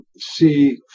see